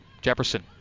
Jefferson